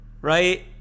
Right